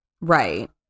right